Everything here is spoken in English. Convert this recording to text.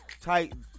Titan